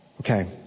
Okay